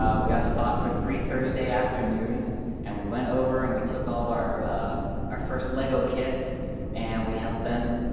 um we got a spot for three thursday afternoons and we went over and we took all our our first lego kits and we helped them